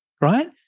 right